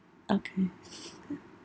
okay